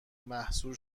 محصور